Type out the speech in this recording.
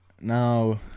Now